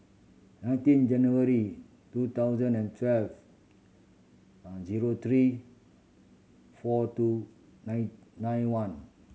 nineteen January two thousand and twelve zero three four two nine nine one